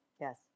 Yes